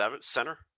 Center